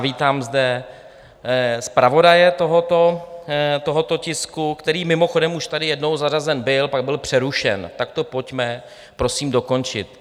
Vítám zde zpravodaje tohoto tisku, který mimochodem už tady jednou zařazen byl, pak byl přerušen, tak to pojďme prosím dokončit.